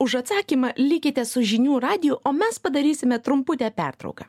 už atsakymą likite su žinių radiju o mes padarysime trumputę pertrauką